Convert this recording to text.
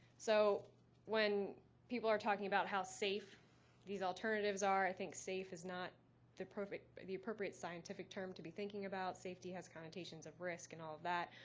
so people are talking about how safe these alternatives are. i think safe is not the appropriate the appropriate scientific term to be thinking about. safety has connotations of risk and all that.